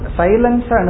silence